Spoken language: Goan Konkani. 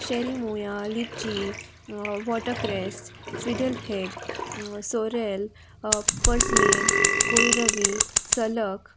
शेरी मोया lychee watercress fiddlehead sorrel purslane kohlrabi सलक